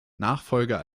nachfolger